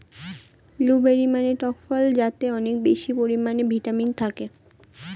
blueberry মানে টক ফল যাতে অনেক বেশি পরিমাণে ভিটামিন থাকে